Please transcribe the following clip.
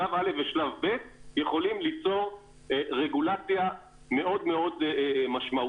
שלב א' ושלב ב' יכולים ליצור רגולציה מאוד מאוד משמעותית,